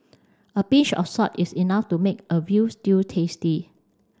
a pinch of salt is enough to make a veal stew tasty